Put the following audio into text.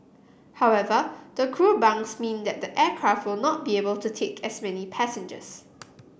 however the crew bunks mean that the aircraft not be able to take as many passengers